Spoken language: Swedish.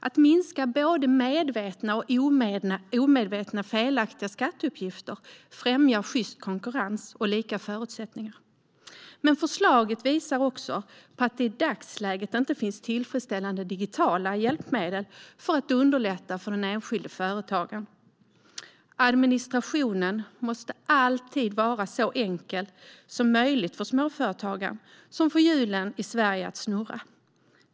Att minska förekomsten av både medvetna och omedvetna felaktiga skatteuppgifter främjar sjyst konkurrens och lika förutsättningar. Men förslaget visar också på att det i dagsläget inte finns tillfredsställande digitala hjälpmedel för att underlätta för den enskilde företagaren. Administrationen måste alltid vara så enkel som möjligt för småföretagare. Det är de som får hjulen att snurra.